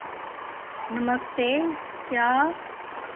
नमस्ते क्या